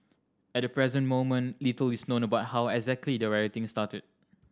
at the present moment little is known about how exactly the rioting started